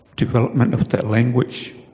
development of their language,